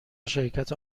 شرکت